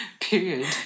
Period